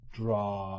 draw